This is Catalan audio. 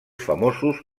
famosos